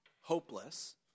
hopeless